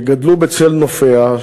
שגדלו בצל נופיה,